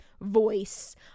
voice